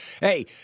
Hey